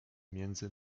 między